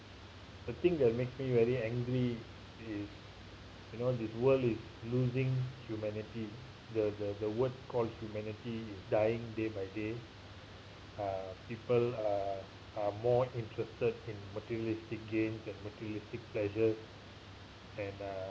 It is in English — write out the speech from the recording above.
the thing that makes me very angry is you know this world is losing humanity the the the word called humanity is dying day by day uh people uh are more interested in materialistic gain and materialistic pleasure and uh